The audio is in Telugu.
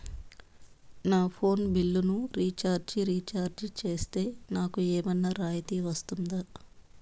నా ఫోను బిల్లును రీచార్జి రీఛార్జి సేస్తే, నాకు ఏమన్నా రాయితీ వస్తుందా?